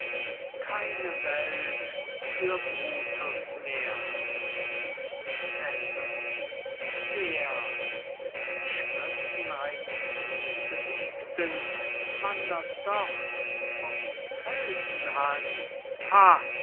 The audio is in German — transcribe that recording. keine welt für brutus mehr cäsar wer mit schritten eines niebesiegten wandert dort vom felsenhang ha